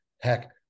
Heck